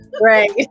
Right